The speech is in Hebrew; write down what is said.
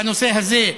בנושא הזה,